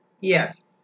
Yes